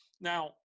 Now